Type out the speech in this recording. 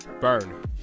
Burn